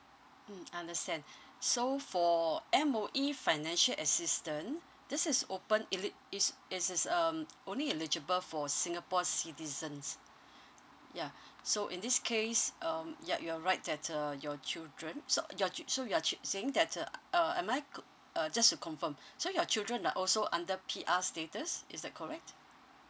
mm understand so for M_O_E financial assistance this is open eli~ is is is um only eligible for singapore citizens ya so in this case um yup you're right that uh your children so your chi~ so you're saying that uh uh am I co~ uh just to confirm so your children are also under P_R status is that correct